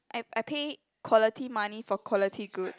I I pay quality money for quality goods